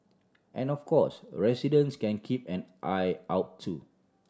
and of course residents can keep an eye out too